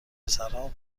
پسرها